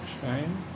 shine